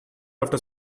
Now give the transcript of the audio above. after